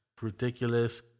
ridiculous